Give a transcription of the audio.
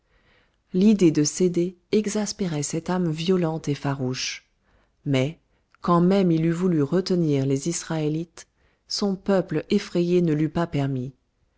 l'idée de céder exaspérait cette âme violente et farouche mais quand même il eût voulu retenir les israélites son peuple effrayé ne l'eût pas permis